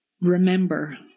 remember